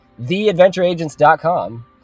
theadventureagents.com